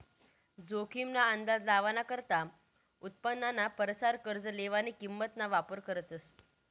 जोखीम ना अंदाज लावाना करता उत्पन्नाना परसार कर्ज लेवानी किंमत ना वापर करतस